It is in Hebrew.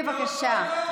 בבקשה,